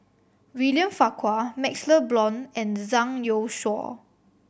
William Farquhar MaxLe Blond and Zhang Youshuo